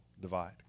divide